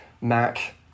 Mac